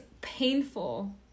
painful